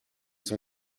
son